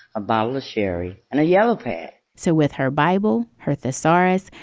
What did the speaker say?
a bible sherry and a yellow prayer so with her bible, her thesaurus,